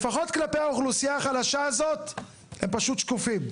לפחות כלפי האוכלוסייה החלשה הזאת הם פשוט שקופים.